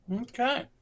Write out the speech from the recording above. Okay